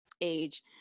age